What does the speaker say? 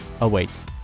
awaits